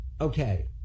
Okay